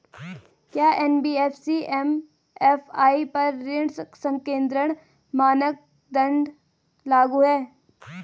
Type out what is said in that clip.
क्या NBFC MFI पर ऋण संकेन्द्रण मानदंड लागू हैं?